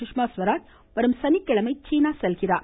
சுஷ்மா ஸ்வராஜ் வரும் சனிக்கிழமை சீனா செல்கிறார்